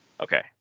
Okay